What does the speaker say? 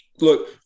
Look